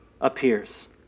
appears